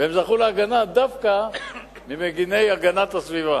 והם זכו להגנה דווקא ממגיני הסביבה.